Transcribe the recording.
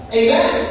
amen